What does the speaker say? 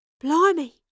Blimey